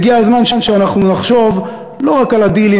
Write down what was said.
הגיע הזמן שאנחנו נחשוב לא רק על הדילים